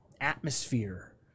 atmosphere